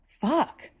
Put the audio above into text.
fuck